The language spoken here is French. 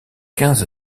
quinze